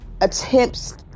attempts